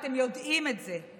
ואתם יודעים את זה.